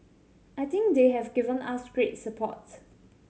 I think they have given us great support